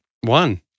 One